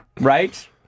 Right